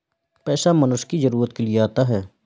पैसा मनुष्य की जरूरत के लिए आता है